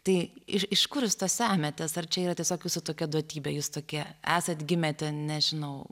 tai ir iš kur semiatės ar čia yra tiesiog jūsų tokia duotybė jūs tokie esat gimę ten nežinau